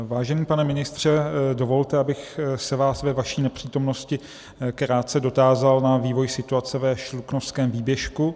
Vážený pane ministře, dovolte mi, abych se vás ve vaší nepřítomnosti krátce dotázal na vývoj situace ve Šluknovském výběžku.